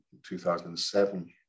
2007